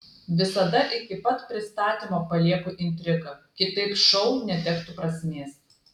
visada iki pat pristatymo palieku intrigą kitaip šou netektų prasmės